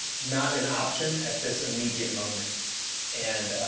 not an option at this immediate moment and